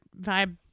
vibe